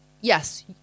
yes